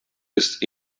ist